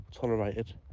Tolerated